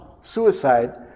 suicide